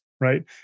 right